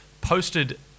posted